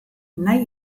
nahi